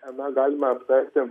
na galime aptarti